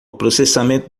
processamento